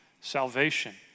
salvation